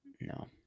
No